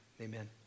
amen